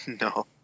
No